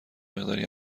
مقداری